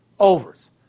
Overs